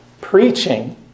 Preaching